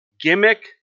Gimmick